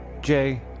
Jay